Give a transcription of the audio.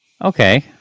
Okay